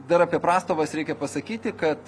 dar apie prastovas reikia pasakyti kad